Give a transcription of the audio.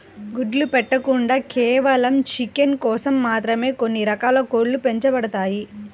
గుడ్లు పెట్టకుండా కేవలం చికెన్ కోసం మాత్రమే కొన్ని రకాల కోడ్లు పెంచబడతాయి